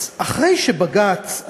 אחרי שבג"ץ,